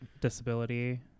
disability